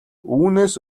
үүнээс